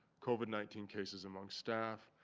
covid nineteen cases among staff,